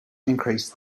increase